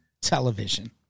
television